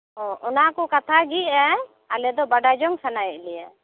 ᱚ ᱚᱱᱟ ᱠᱚ ᱠᱟᱛᱷᱟ ᱜᱮ ᱤᱭᱟᱹ ᱟᱞᱮ ᱫᱚ ᱵᱟᱰᱟᱭ ᱡᱚᱝ ᱥᱟᱱᱟᱭᱮᱫ ᱞᱮᱭᱟ